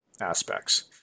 aspects